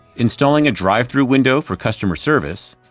installing a drive-thru window for customer service,